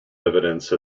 evidence